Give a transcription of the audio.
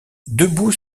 debout